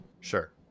Sure